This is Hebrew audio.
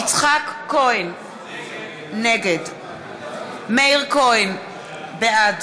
יצחק כהן, נגד מאיר כהן, בעד